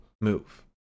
move